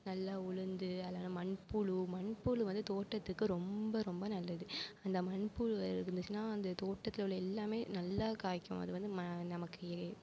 நல்லா உழுந்து அதுலலாம் மண்புழு மண்புழு வந்து தோட்டத்துக்கு ரொம்ப ரொம்ப நல்லது அந்த மண்புழு இருந்துச்சுன்னா அந்த தோட்டத்தில் உள்ள எல்லாமே நல்லா காயிக்கும் அது வந்து ம நமக்கு